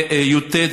תלמידי ט',